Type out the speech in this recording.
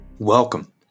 Welcome